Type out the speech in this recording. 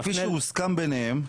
כפי שהוסכם ביניהם.